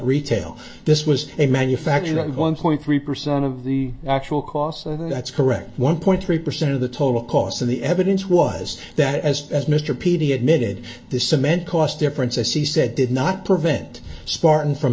retail this was a manufacturer one point three percent of the actual cost that's correct one point three percent of the total cost of the evidence was that as as mr p d admitted this cement cost difference i see said did not prevent spartan from